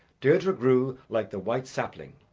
deirdre grew like the white sapling,